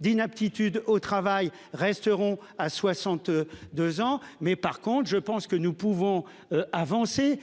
D'inaptitude au travail resteront à 62 ans mais par contre je pense que nous pouvons avancer.